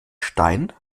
stein